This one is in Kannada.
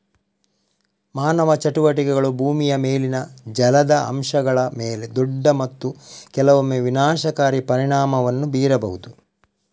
ಮಾನವ ಚಟುವಟಿಕೆಗಳು ಭೂಮಿಯ ಮೇಲಿನ ಜಲದ ಅಂಶಗಳ ಮೇಲೆ ದೊಡ್ಡ ಮತ್ತು ಕೆಲವೊಮ್ಮೆ ವಿನಾಶಕಾರಿ ಪರಿಣಾಮವನ್ನು ಬೀರಬಹುದು